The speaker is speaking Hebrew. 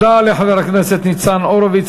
תודה לחבר הכנסת ניצן הורוביץ.